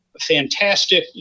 fantastic